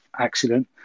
accident